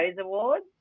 awards